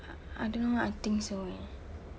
!huh! I don't know I think so eh